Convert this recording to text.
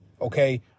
okay